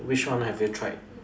which one have you tried